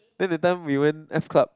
then that time we went F-club